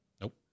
Nope